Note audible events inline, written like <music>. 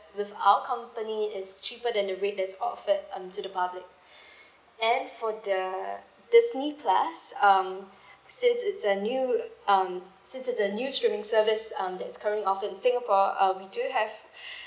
with our company is cheaper than the rate that's offered um to the public <breath> and for the disney plus um since it's a new um since it's a new streaming service um that is currently offered in singapore um we do have <breath>